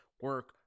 Work